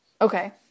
Okay